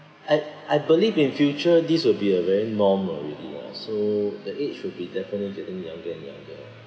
I I believe in future this will be a very normal already ah so the age will be definitely getting younger and younger